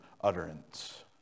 utterance